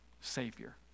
Savior